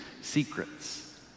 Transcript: secrets